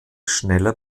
schneller